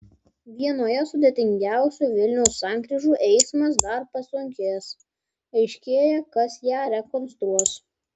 vienoje sudėtingiausių vilniaus sankryžų eismas dar pasunkės aiškėja kas ją rekonstruos